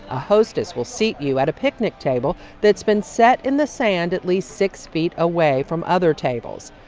a hostess will seat you at a picnic table that's been set in the sand at least six feet away from other tables.